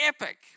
epic